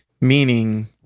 Meaning